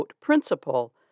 principle